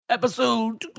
Episode